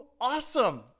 awesome